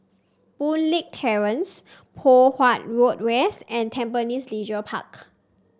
Boon Leat Terrace Poh Huat Road West and Tampines Leisure Park